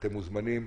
אתם מוזמנים,